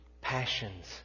passions